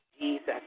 Jesus